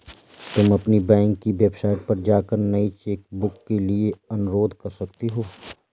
तुम अपनी बैंक की वेबसाइट पर जाकर नई चेकबुक के लिए अनुरोध कर सकती हो